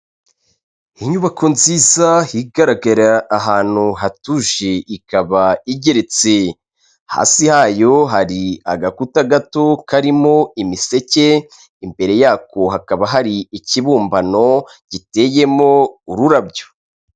Inyubako nziza igaragara ahantu hatuje ikaba igeretse, hasi hayo hari agakuta gato karimo imiseke, imbere yako hakaba hari ikibumbano giteyemo ururabyo.